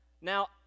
now